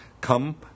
Come